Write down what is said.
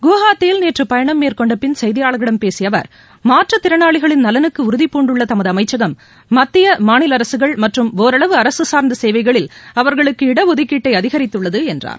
கவுஹாத்தியில் நேற்று பயணம் மேற்கொண்டபின் செய்தியாளர்களிடம் பேசிய அவர் மாற்றுத்திறனாளிகளின் நலனுக்கு உறுதி பூண்டுள்ள தமது அமைச்சகம் மத்திய மாநில அரசுகள் மற்றும் ஒரளவு அரசு சார்ந்த சேவைகளின் அவர்களுக்கு இட ஒதுக்கீட்டை அதிகரித்துள்ளது என்றார்